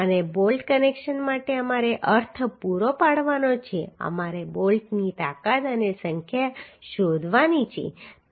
અને bolt connection માટે અમારે અર્થ પૂરો પાડવાનો છે અમારે બોલ્ટની તાકાત અને સંખ્યા શોધવાની છે